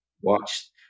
watch